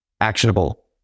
actionable